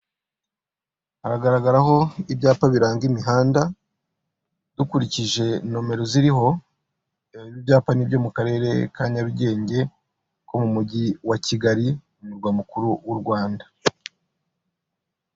Hagaragaraho ibyapa biranga imihanda dukurikije nomero ziriho ibyapa n'ibyo mu karere ka Nyarugenge ko mu mujyi wa kigali umurwa mukuru w'u Rwanda.